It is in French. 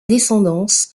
descendance